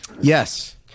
Yes